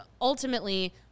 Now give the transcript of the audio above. ultimately